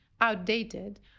outdated